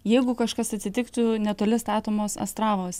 jeigu kažkas atsitiktų netoli statomos astravos